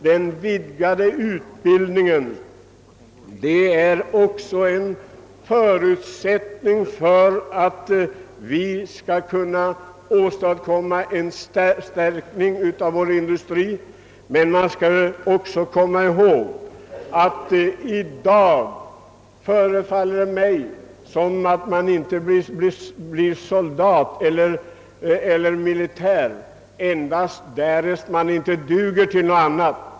Den vidgade utbildningen är också en förutsättning för att vi skall kunna stärka vår industri. I dag förefaller det mig även som om man inte blir militär endast därest man inte duger till något annat.